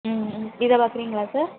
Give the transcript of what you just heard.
ம் ம் இதை பார்க்குறிங்களா சார்